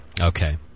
Okay